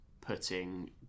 putting